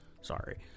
Sorry